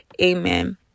Amen